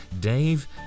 dave